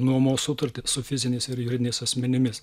nuomos sutartį su fiziniais ir juridiniais asmenimis